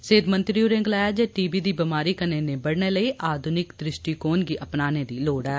सेहत मंत्री होरें गलाया जे टी बी दी बमारी कन्नै निब्बड़ने लेई आधुनिक दृष्टिकोण गी अपनाने दी लोड़ ऐ